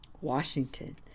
Washington